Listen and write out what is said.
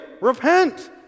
Repent